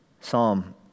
psalm